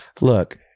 Look